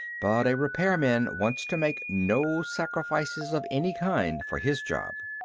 but a repairman wants to make no sacrifices of any kind for his job.